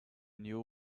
knew